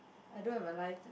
I don't have a life ah